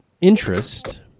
interest